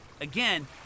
again